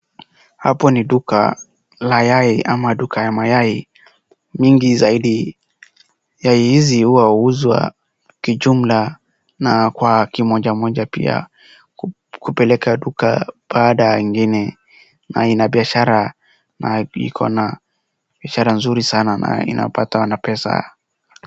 Hapo ni duka la yai ama duka ya mayai mingi zaidi. Yai hizi huuzwa kijumla na kwa mojamoja pia kupeleka duka baada ya ingine na ina biashara nzuri sana na inapata pesa.